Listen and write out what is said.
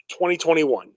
2021